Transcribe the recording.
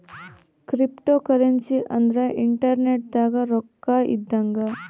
cryptocurrency ಅಂದ್ರ internet ದಾಗ ರೊಕ್ಕ ಇದ್ದಂಗ